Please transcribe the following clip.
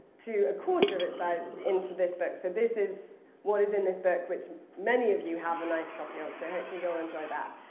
to a quarter of its size into this books. so and this is what is in this book, which many of you have a nice copy of. so hopefully you'll enjoy that.